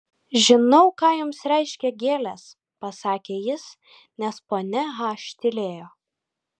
žinau ką jums reiškia gėlės pasakė jis nes ponia h tylėjo